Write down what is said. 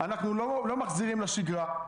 אנחנו לא מחזירים לשגרה,